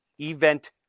Event